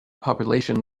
population